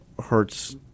hurts